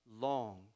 long